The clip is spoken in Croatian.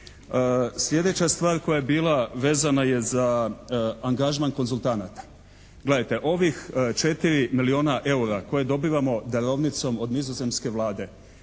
Sljedeća stvar koja je bila, vezana je za angažman konzultanata. Gledajte. Ovih 4 milijuna eura koje dobivamo darovnicom od nizozemske Vlade,